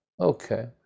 Okay